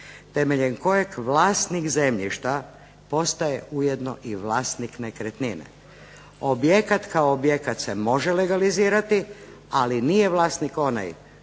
temeljem kojeg vlasnik zemljišta postaje ujedno i vlasnik nekretnine. Objekat kao objekat se može legalizirati, ali nije vlasnik onaj